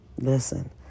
Listen